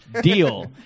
Deal